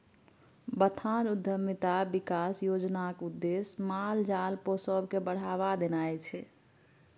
बथान उद्यमिता बिकास योजनाक उद्देश्य माल जाल पोसब केँ बढ़ाबा देनाइ छै